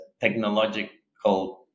technological